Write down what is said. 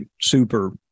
super